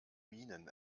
minen